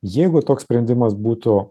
jeigu toks sprendimas būtų